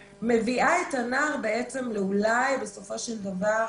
מביאה את הנער בסופו של דבר